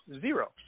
zero